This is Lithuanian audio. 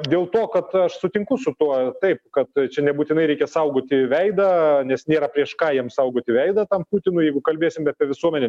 dėl to kad aš sutinku su tuo taip kad čia nebūtinai reikia saugoti veidą nes nėra prieš ką jam saugoti veidą tam putinui jeigu kalbėsime apie visuomenę